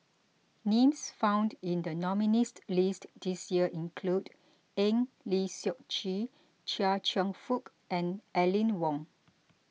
names found in the nominees' list this year include Eng Lee Seok Chee Chia Cheong Fook and Aline Wong